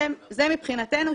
זה מבחינתנו.